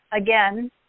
Again